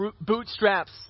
bootstraps